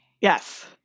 Yes